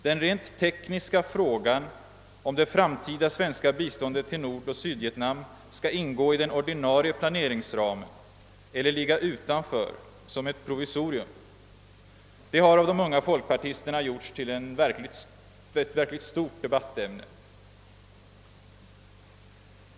Den rent tekniska frågan, huruvida det framtida svenska biståndet till Nordoch Sydvietnam skall ingå i den ordinarie planeringsramen eller ligga utanför som ett provisorium har av de unga folkpartisterna gjorts till ett stort debattämne.